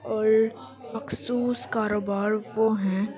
اور مخصوص کاروبار وہ ہیں